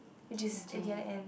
which is at the other end